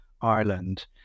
Ireland